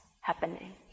happening